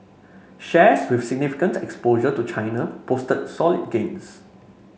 shares with significant exposure to China posted solid gains